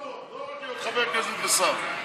ההצבעה: בעד, 44 חברי כנסת, 46 מתנגדים.